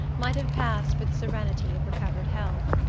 might have passed for the serenity of recovered health.